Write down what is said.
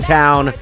town